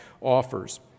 offers